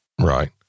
Right